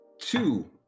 Two